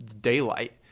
daylight